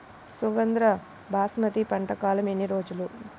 సుగంధ బాస్మతి పంట కాలం ఎన్ని రోజులు?